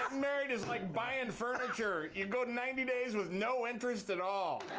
married is like buying furniture. you go ninety days with no interest at all.